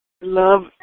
love